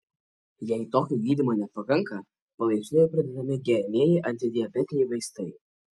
jei tokio gydymo nepakanka palaipsniui pridedami geriamieji antidiabetiniai vaistai